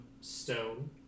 stone